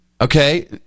Okay